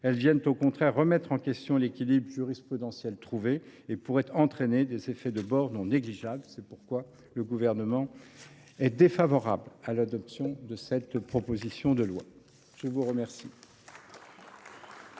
celles ci remettent en question l’équilibre jurisprudentiel et pourraient entraîner des effets de bord non négligeables. C’est pourquoi le Gouvernement est défavorable à l’adoption de cette proposition de loi. La parole